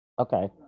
Okay